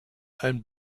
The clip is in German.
ein